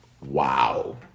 Wow